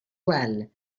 well